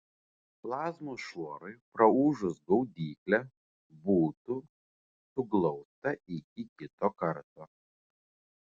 plazmos šuorui praūžus gaudyklė būtų suglausta iki kito karto